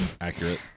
Accurate